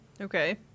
okay